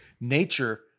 nature